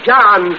John